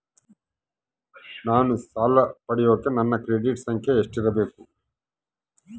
ನಾನು ಸಾಲ ಪಡಿಯಕ ನನ್ನ ಕ್ರೆಡಿಟ್ ಸಂಖ್ಯೆ ಎಷ್ಟಿರಬೇಕು?